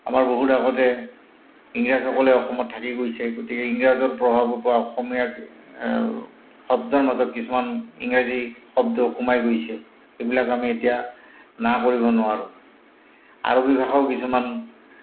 আমাৰ বহুত আগতে ইংৰাজসকলে অসমত থাকি গৈছে গতিকে ইংৰাজৰ প্ৰভাৱ পৰা অসমীয়া শব্দৰ মাজত কিছুমান ইংৰাজী শব্দ সোমাই গৈছে সেইবিলাক আমি এতিয়া না কৰিব নোৱাৰোঁ আৰবী ভাষাও কিছুমান